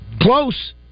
Close